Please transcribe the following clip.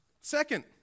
Second